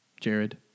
Jared